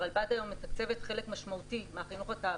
הרלב"ד היום מתקצבת חלק משמעותי מהחינוך התעבורתי,